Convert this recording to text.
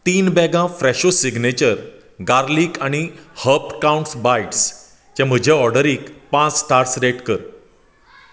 तीन बॅगां Fresho signature garlic आनी हर्ब कावंट्स बायटस् चे म्हजे ऑर्डरीक पांच स्टार्स रेट कर